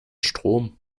strom